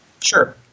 Sure